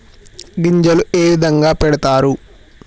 గింజలు ఏ విధంగా పెడతారు?